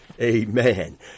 Amen